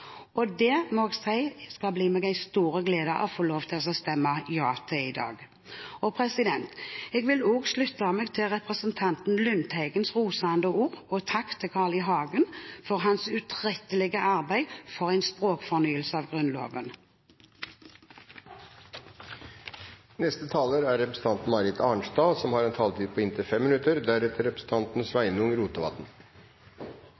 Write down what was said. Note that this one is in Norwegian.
meg en stor glede å få stemme ja til det i dag. Jeg vil slutte meg til representanten Lundteigens rosende ord og takk til Carl I. Hagen for hans utrettelige arbeid for en språklig fornyelse av Grunnloven. I dag skal hver enkelt av oss folkevalgte votere for eller mot en